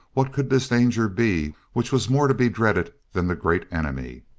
what could this danger be which was more to be dreaded than the great enemy?